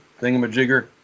thingamajigger